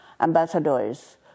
ambassadors